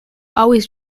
always